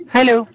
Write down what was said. Hello